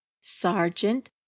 sergeant